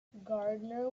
gardner